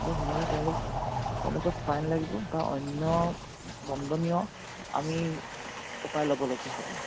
আৰু সময়তে তেওঁলোক তেওঁলোকত ফাইন লাগিব বা অন্য দন্দ্বনীয় আমি উপায় ল'বলগীয়া হ'ব